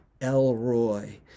Elroy